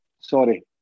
sorry